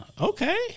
Okay